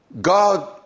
God